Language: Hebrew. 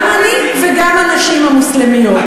גם אני וגם הנשים המוסלמיות.